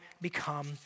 become